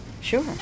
Sure